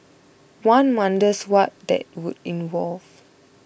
one wonders what that would involve